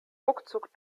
ruckzuck